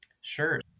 Sure